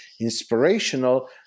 inspirational